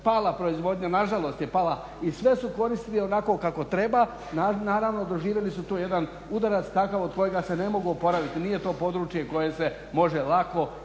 pala proizvodnja, nažalost je pala i sve su koristili onako kako treba. Naravno doživjeli su tu jedan udarac takav od kojega se ne mogu oporaviti, nije to područje koje se može lako izliječiti